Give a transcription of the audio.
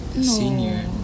Senior